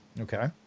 Okay